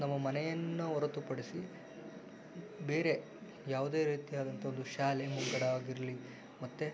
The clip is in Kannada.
ನಮ್ಮ ಮನೆಯನ್ನು ಹೊರತುಪಡಿಸಿ ಬೇರೆ ಯಾವುದೇ ರೀತಿಯಾದಂಥ ಒಂದು ಶಾಲೆ ಆಗಿರಲಿ ಮತ್ತೆ